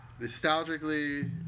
nostalgically